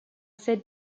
said